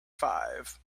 five